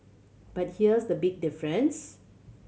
but here's the big difference